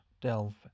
delve